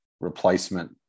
replacement